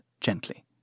gently